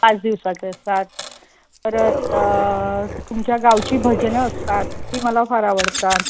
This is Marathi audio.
पाच दिवसाचे असतात परत तुमच्या गावची भजनं असतात ती मला फार आवडतात